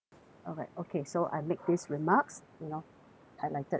alright okay so I'll make this remarks you know highlighted